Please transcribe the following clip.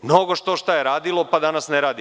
Mnogo štošta je radilo, pa danas ne radi.